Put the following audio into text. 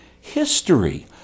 history